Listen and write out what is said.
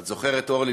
את זוכרת, אורלי?